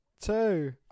two